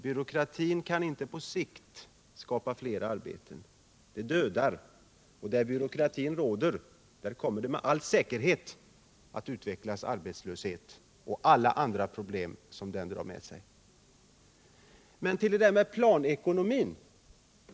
Byråkratin kan inte på sikt skapa fler arbeten. Den dödar och där den råder kommer det med all säkerhet att utvecklas arbetslöshet och alla andra problem som den LL drar med sig. Den ekonomiska Men hur är det med planekonomin?